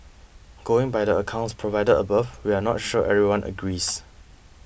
going by the accounts provided above we're not sure everyone agrees